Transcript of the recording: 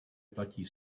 platí